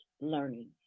learning